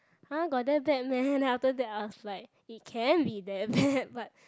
!huh! got that bad meh then after that I was like it can be that bad but